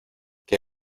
que